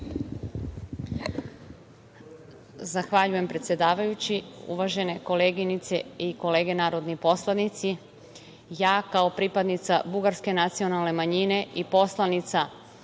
Zahvaljujem, predsedavajući. Uvažene koleginice i kolege narodni poslanici, ja kao pripadnica bugarske nacionalne manjine i poslanica